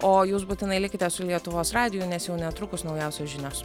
o jūs būtinai likite su lietuvos radiju nes jau netrukus naujausios žinios